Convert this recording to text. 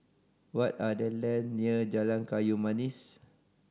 what are the land near Jalan Kayu Manis